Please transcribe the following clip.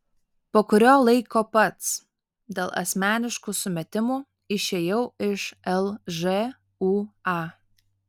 po kurio laiko pats dėl asmeniškų sumetimų išėjau iš lžūa